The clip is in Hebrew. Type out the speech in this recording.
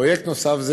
פרויקט נוסף הוא